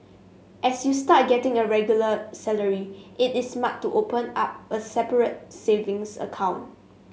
as you start a getting a regular salary it is smart to open up a separate savings account